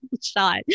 shot